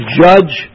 judge